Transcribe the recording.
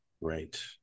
right